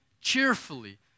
cheerfully